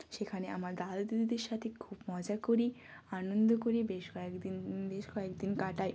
সেখানে আমার দাদা দিদিদের সাথে খুব মজা করি আনন্দ করি বেশ কয়েক দিন বেশ কয়েক দিন কাটাই